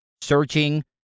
searching